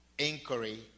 inquiry